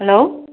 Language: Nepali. हेलो